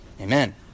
Amen